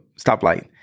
stoplight